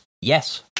Yes